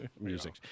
music